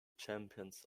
champions